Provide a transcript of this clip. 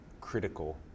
critical